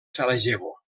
sarajevo